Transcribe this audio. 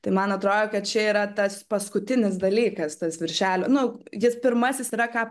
tai man atrodo kad čia yra tas paskutinis dalykas tas viršelio nu jis pirmasis yra ką